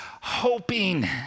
hoping